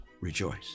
rejoice